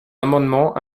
amendement